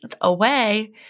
away